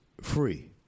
free